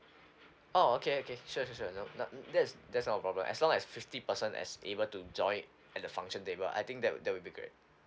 oh okay okay sure sure sure no that's that's not a problem as long as fifty person is able to join at the function table I think that would that would be great